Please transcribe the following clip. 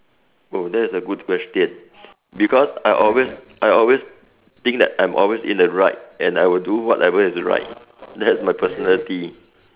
oh that is a good question because I always I always think that I'm always in the right and I will do whatever is right that is my personality